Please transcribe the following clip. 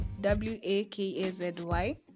w-a-k-a-z-y